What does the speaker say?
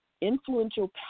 Influential